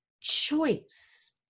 choice